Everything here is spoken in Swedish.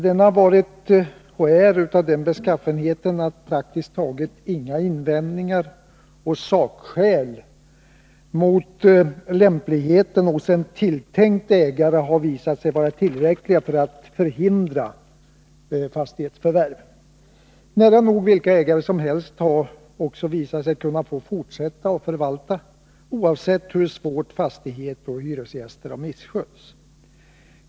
Den har varit, och är, av den beskaffenheten att praktiskt taget inga invändningar och sakskäl mot lämpligheten hos en tilltänkt ägare har visat sig vara tillräckliga för att hindra fastighetsförvärv. Nära nog vilka ägare som helst har också visat sig få fortsätta att förvalta, oavsett hur svårt fastigheten och förhållandet till hyresgästerna har misskötts.